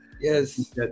Yes